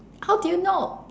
how do you know